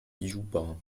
juba